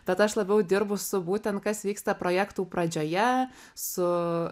bet aš labiau dirbu su būtent kas vyksta projektų pradžioje su